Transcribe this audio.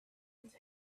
his